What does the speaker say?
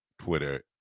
Twitter